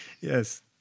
yes